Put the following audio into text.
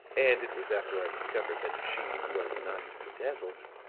and it was after i discovered that she was not to be dazzled